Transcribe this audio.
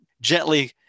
gently